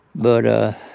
but